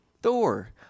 Thor